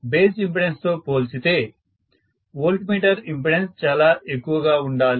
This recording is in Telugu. బేస్ ఇంపెడెన్స్ తో పోల్చితే వోల్ట్ మీటర్ ఇంపెడెన్స్ చాలా ఎక్కువగా ఉండాలి